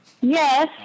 Yes